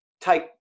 take